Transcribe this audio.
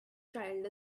child